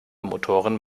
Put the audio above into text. motoren